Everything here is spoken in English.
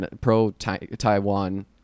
pro-Taiwan